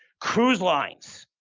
cruise lines.